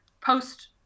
post